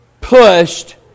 pushed